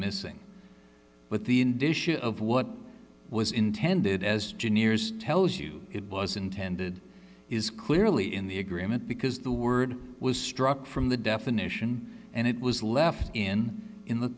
indicia of what was intended as junior's tells you it was intended is clearly in the agreement because the word was struck from the definition and it was left in in the